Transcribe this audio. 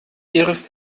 ihres